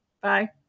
bye